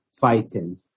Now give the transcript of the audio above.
fighting